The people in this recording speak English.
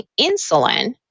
insulin